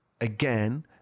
again